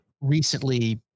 recently